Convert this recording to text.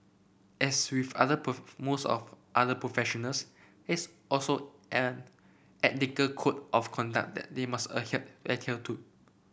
as with other other professionals is also an ethical code of conduct that they must adhere adhere to